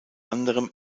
anderem